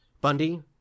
Bundy